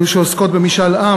שעוסקות במשאל עם,